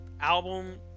album